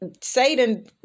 Satan